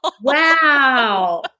Wow